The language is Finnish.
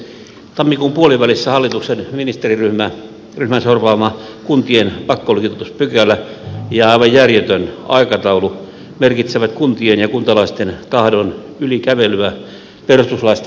tammikuun puolivälissä hallituksen ministeriryhmän sorvaama kuntien pakkoliitospykälä ja aivan järjetön aikataulu merkitsevät kuntien ja kuntalaisten tahdon yli kävelyä perustuslaista piittaamatta